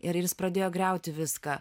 ir ir jis pradėjo griauti viską